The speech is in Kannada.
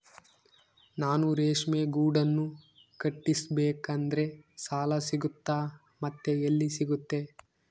ನಾನು ರೇಷ್ಮೆ ಗೂಡನ್ನು ಕಟ್ಟಿಸ್ಬೇಕಂದ್ರೆ ಸಾಲ ಸಿಗುತ್ತಾ ಮತ್ತೆ ಎಲ್ಲಿ ಸಿಗುತ್ತೆ?